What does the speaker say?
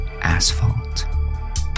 asphalt